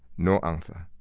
no answer.